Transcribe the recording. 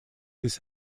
this